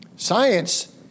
Science